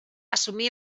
assumí